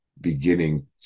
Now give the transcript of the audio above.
beginning